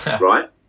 right